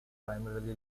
primarily